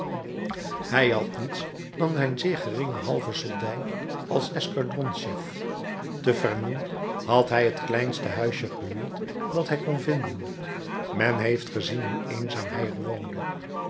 hij had niets dan zijn zeer geringe halve soldij als escadronschef te vernon had hij het kleinste huisje gehuurd dat hij kon vinden men heeft gezien hoe eenzaam hij er woonde